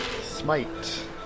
Smite